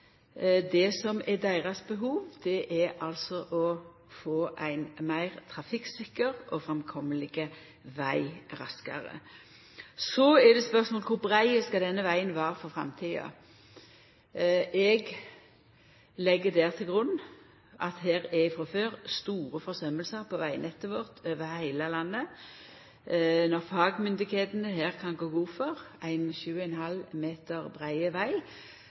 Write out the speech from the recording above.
Det som er deira behov, er altså å få ein meir trafikksikker og framkommeleg veg raskare. Så er det spørsmål om kor brei denne vegen skal vera for framtida. Eg legg her til grunn at det frå før er store forsømmingar på vegnettet vårt over heile landet. Når fagmyndigheitene her kan gå god for ein